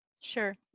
Sure